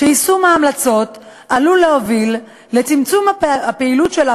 שיישום ההמלצות עלול להוביל לצמצום הפעילות שלה